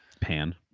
pan